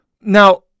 Now